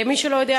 מי שלא יודע,